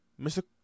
Mr